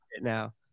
now